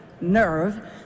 nerve